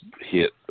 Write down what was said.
hit